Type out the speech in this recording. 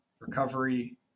recovery